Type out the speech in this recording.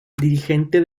dirigente